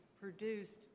produced